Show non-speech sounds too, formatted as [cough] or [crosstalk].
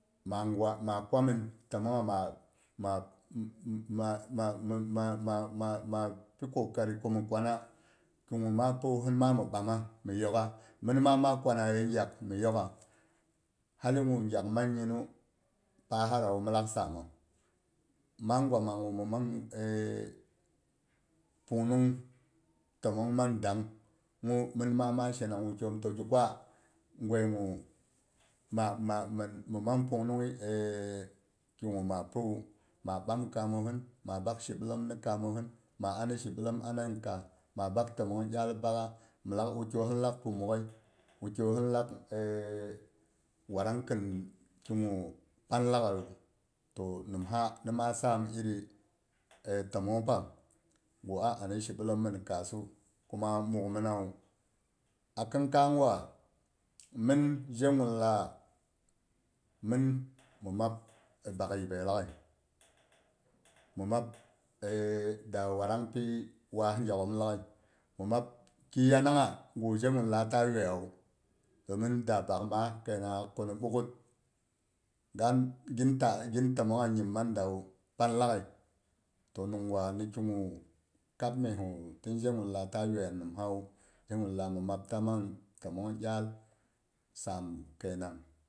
Magwa ma kwa min tammong ha ma mama, mama, pi kokari ko mhi kwana kigu ma piyu hin ma mhi ɓamma mi yok ha, mhin ma kwana ye gyak mi yokha, hali gu gyak manyinu pahadawu mhin lak sammang ma gwa magu min mang [hesitation] pung nung timmong mang danghu min ma shena ni wukyaiyom to gi kwa gwaigu ma ma min mang pung nung [hesitation] kigu ma piwu ma ɓan kammohin, ma bak shi ɓellom ni ɓam shi ɓellom ni kamosin ma ani shi ɓellom ana ki kaas ma bak tommong iyal bakha mi lak wukyai yosin lak pi mwohai, wuky aiyosin lak warang khin ki gu pan laaghaiyu. To nimha ni ma sam iri tammong pang gu a ami shi ɓellom minu kaassi. Kuma mughminawu. khin kai gwa min je gunlah min mhi mab bak yibai laagha mi maɓ [hesitation] da warang pi waah gyakhom laaghai mi mab g ki yannangha gu je gun lah ta yuwayawu domin da bak maah kai nanghak ku ni ɓugut gin tar gin tammong nyim mang dawu, pan laaghai to nimgwani kigu kab mes gu tin jegunlab ta yuwaiya ni nimsawu jegunlah mi mabta mang timong iyal mang sam kainang.